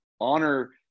honor